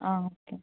okay